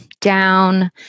down